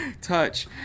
Touch